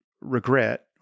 regret